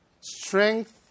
strength